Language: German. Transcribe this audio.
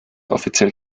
offiziell